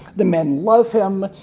the men love him.